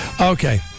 Okay